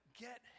Get